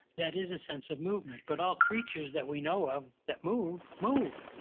that is a sense of movement. but all creatures that we know of that move, move.